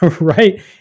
right